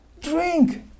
drink